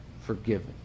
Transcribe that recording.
forgiven